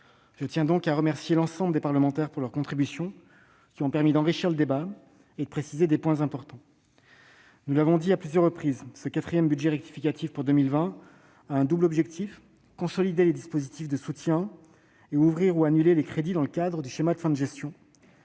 Je tiens à remercier l'ensemble des parlementaires pour leurs contributions, qui ont permis d'enrichir le débat et de préciser des points importants. Comme nous l'avons dit à plusieurs reprises, ce quatrième budget rectificatif pour 2020 a un double objectif : consolider les dispositifs de soutien ; ouvrir ou annuler les crédits dans le cadre du schéma de fin de gestion.